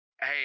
Hey